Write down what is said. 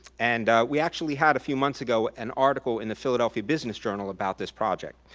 and we actually had a few months ago an article in the philadelphia business journal about this project.